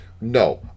No